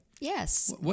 Yes